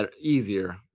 easier